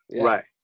right